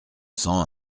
cent